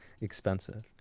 expensive